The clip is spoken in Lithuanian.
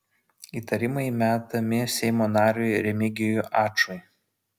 įtarimai metami seimo nariui remigijui ačui